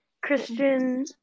Christian